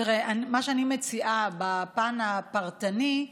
תראה, בפן הפרטני,